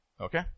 Okay